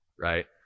right